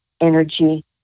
energy